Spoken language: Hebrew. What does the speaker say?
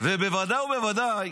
ובוודאי ובוודאי